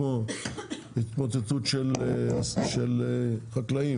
כמו התמוטטות של חקלאים,